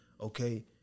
okay